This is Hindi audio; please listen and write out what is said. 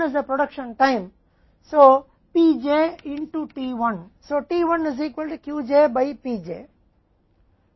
उत्पादन समय उत्पादन की मात्रा Qj Qj j बराबर है P t1 t1 उत्पादन समय है